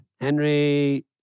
Henry